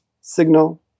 signal